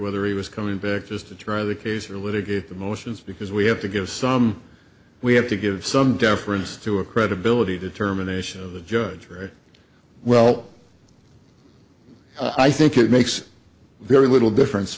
whether he was coming back is to try the case or litigate the motions because we have to give some we have to give some deference to a credibility determination of the judge very well i think it makes very little difference